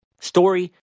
Story